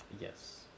Yes